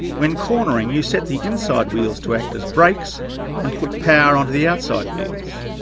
when cornering you set the inside wheels to act as brakes and put power onto the outside wheels.